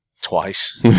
Twice